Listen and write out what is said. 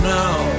now